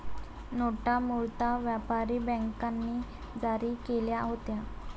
नोटा मूळतः व्यापारी बँकांनी जारी केल्या होत्या